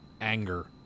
anger